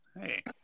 hey